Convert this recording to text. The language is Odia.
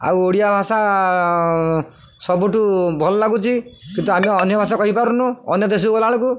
ଆଉ ଓଡ଼ିଆ ଭାଷା ସବୁଠୁ ଭଲ ଲାଗୁଛି କିନ୍ତୁ ଆମେ ଅନ୍ୟ ଭାଷା କହିପାରୁନୁ ଅନ୍ୟ ଦେଶ ଗଲା ବେଳକୁ